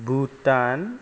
Bhutan